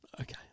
Okay